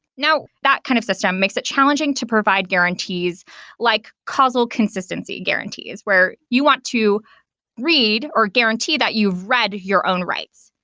now, that kind of system makes it challenging to provide guarantees like causal consistency guarantees, where you want to read or guarantee that you've read your own writes.